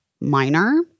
minor